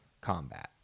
combat